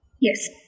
Yes